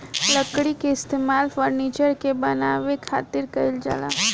लकड़ी के इस्तेमाल फर्नीचर के बानवे खातिर कईल जाला